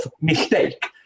mistake